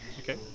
okay